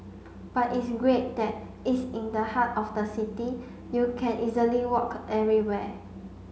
but it's great that it's in the heart of the city you can easily walk everywhere